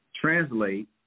translate